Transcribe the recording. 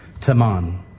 Taman